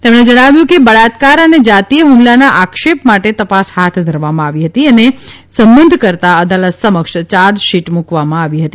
તેમણે જણાવ્યું કે બળાત્કાર અને જાતિય ફમલાના આક્ષેપ માટે તપાસ હાથ ધરવામાં આવી હતી અને સંબંધકર્તા અદાલત સમક્ષ ચાર્જશીટ મૂકવામાં આવી હતી